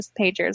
Pagers